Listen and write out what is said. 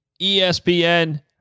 ESPN